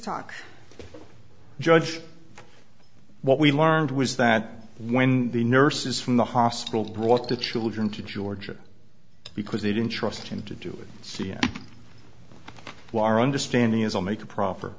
talk judge what we learned was that when the nurses from the hospital brought the children to georgia because they didn't trust him to do or see an understanding as or make a pro